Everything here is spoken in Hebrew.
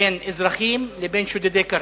בין אזרחים לבין שודדי קרקע.